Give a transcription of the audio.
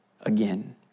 again